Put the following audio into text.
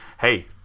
Hey